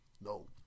no